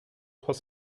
trois